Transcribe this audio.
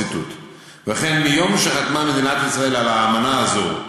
ואכן מיום שחתמה מדינת ישראל על האמנה הזו,